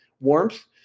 warmth